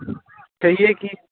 कहियै की